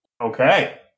Okay